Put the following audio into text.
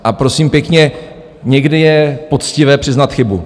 A prosím pěkně, někdy je poctivé přiznat chybu.